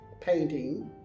painting